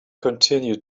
continue